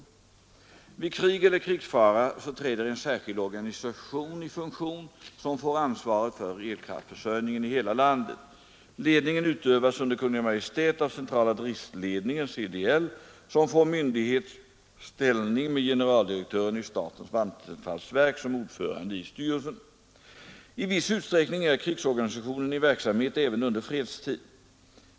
Vid krig eller krigsfara träder en särskild organisation i funktion, som får ansvaret för elkraftförsörjningen i hela landet. Ledningen utövas under Kungl. Maj:t av centrala driftledningen , som får myndighets ställning med generaldirektören i statens vattenfallsverk som ordförande i styrelsen. I viss utsträckning är krigsorganisationen i verksamhet även under fredstid.